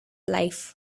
life